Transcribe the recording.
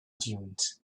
dunes